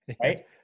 right